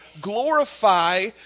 glorify